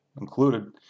included